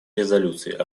резолюций